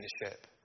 leadership